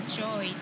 joy